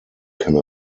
can